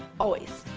always.